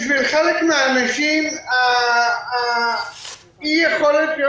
בשביל חלק מן האנשים אי היכולת להיות